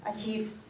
achieve